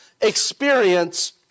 experience